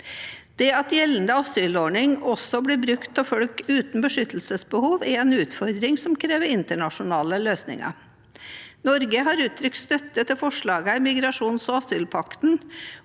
Det at gjeldende asylordning også blir brukt av folk uten beskyttelsesbehov, er en utfordring som krever internasjonale løsninger. Norge har uttrykt støtte til forslagene i migrasjons- og asylpakten